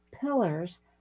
pillars